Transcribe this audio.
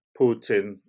Putin